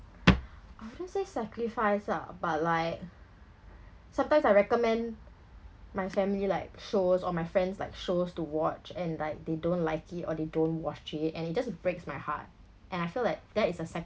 I wouldn't say sacrifice lah but like sometimes I recommend my family like shows or my friends like shows to watch and like they don't like it or they don't watch it and it just breaks my heart and I feel like that is a